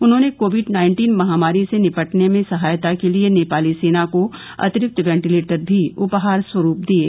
उन्होंने COVID nineteen महामारी से निपटने में सहायता के लिए नेपाली सेना को अतिरिक्त वेंटीलेटर भी उपहार स्वरूप दिये